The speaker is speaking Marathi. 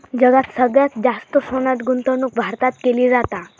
जगात सगळ्यात जास्त सोन्यात गुंतवणूक भारतात केली जाता